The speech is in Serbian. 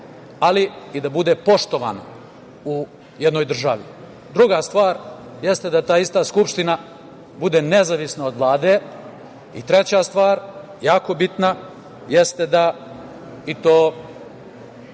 ali i da bude poštovana u jednoj državi. Druga stvar jeste da ta ista skupština bude nezavisna od Vlade. Treća stvar, jako bitna, jeste da i to,